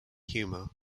humor